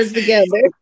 together